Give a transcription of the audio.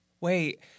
Wait